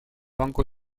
banco